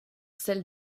sel